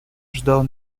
ждал